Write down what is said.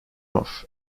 off